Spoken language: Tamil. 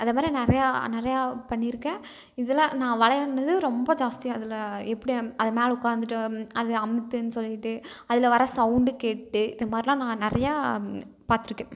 அதமாதிரி நிறையா நிறையா பண்ணியிருக்கேன் இதில் நான் விளையாடுனது ரொம்ப ஜாஸ்தி அதில் எப்படி அது மேலே உட்காந்துட்டு அது அழுத்துன்னு சொல்லிட்டு அதில் வர சௌண்ட் கேட்டு இதுமாதிரில்லாம் நான் நிறையா பார்த்துருக்கேன்